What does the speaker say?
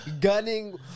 gunning